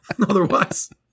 otherwise